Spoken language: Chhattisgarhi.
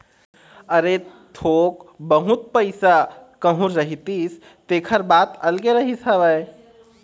अरे थोक बहुत पइसा कहूँ रहितिस तेखर बात अलगे रहिस हवय